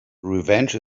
revenge